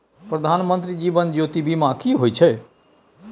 प्रधानमंत्री जीवन ज्योती बीमा की होय छै?